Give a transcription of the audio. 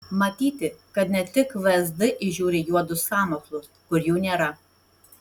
matyti kad ne tik vsd įžiūri juodus sąmokslus kur jų nėra